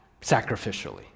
sacrificially